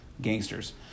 gangsters